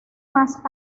más